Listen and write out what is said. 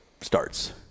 starts